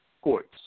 courts